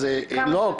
לא,